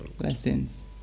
Blessings